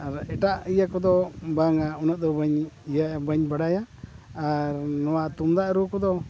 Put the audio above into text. ᱟᱨ ᱮᱴᱟᱜ ᱤᱭᱟᱹ ᱠᱚᱫᱚ ᱵᱟᱝᱼᱟ ᱩᱱᱟᱹᱜ ᱫᱚ ᱵᱟᱹᱧ ᱤᱭᱟᱹ ᱵᱟᱹᱧ ᱵᱟᱰᱟᱭᱟ ᱟᱨ ᱱᱚᱣᱟ ᱛᱩᱢᱫᱟᱜ ᱨᱩ ᱠᱚᱫᱚ